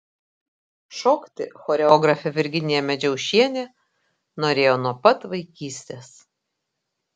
šokti choreografė virginija medžiaušienė norėjo nuo pat vaikystės